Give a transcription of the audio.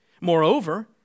Moreover